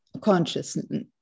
consciousness